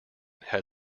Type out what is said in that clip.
had